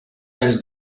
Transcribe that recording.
anys